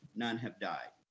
none have died.